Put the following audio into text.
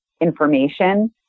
information